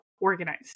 organized